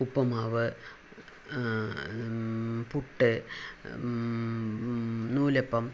ഉപ്പ്മാവ് puttu നൂലപ്പം